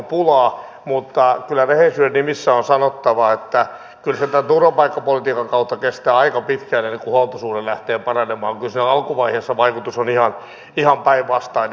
mutta kyllä rehellisyyden nimissä on sanottava että kyllä tämän turvapaikkapolitiikan kautta kestää aika pitkään ennen kuin huoltosuhde lähtee paranemaan kyllä alkuvaiheessa vaikutus on ihan päinvastainen